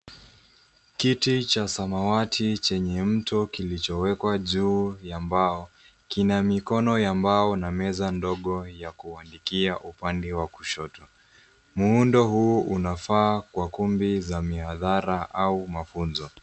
Kiti cha samawati chenye mto kilichowekwa juu ya mbao. Kina mikono ya mbao na meza ndogo ya kuandikia upande wa kushoto. Muundo huu unafaa kwa kumbi za mihadhara au mafunzo.